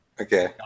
Okay